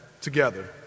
together